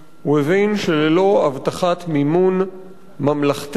הוא הבין שללא הבטחת מימון ממלכתי-ציבורי,